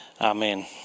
Amen